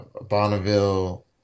Bonneville